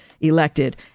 elected